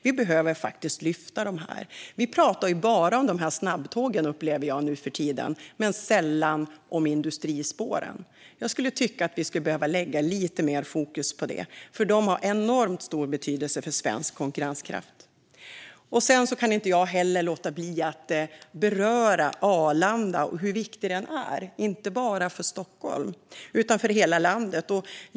Vi talar bara om snabbtåg nu för tiden men sällan om industrispåren. Vi behöver lägga lite mer fokus på dem, för de har enormt stor betydelse för svensk konkurrenskraft. Jag kan inte heller låta bli att beröra hur viktigt Arlanda är, inte bara för Stockholm utan för hela landet.